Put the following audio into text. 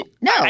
No